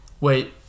Wait